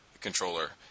controller